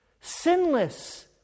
sinless